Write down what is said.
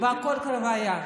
והכול כבר היה,